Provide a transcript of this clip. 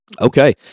Okay